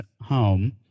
home